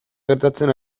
gertatzen